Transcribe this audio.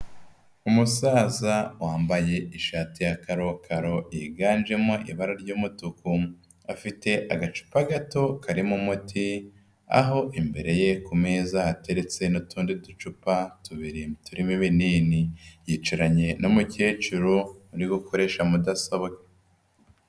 Umusaza wambaye ishati ya karokaro yiganjemo ibara ry'umutuku, afite agacupa gato karimo umuti, aho imbere ye ku meza hateretse n'utundi ducupa tubiri turimo ibinini. Yicaranye n'umukecuru uri gukoresha mudasobwa.